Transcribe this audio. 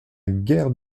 guère